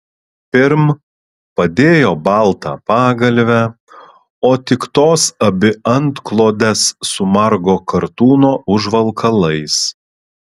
pirm padėjo baltą pagalvę o tik tos abi antklodes su margo kartūno užvalkalais